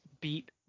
beat